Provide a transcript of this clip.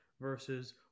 versus